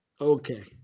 Okay